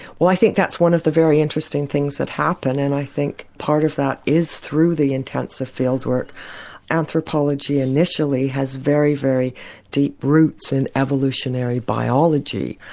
well i think that's one of the very interesting things that happen, and i think part of that is through the intensive fieldwork. anthropology initially has very, very deep roots in evolutionary biology,